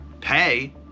pay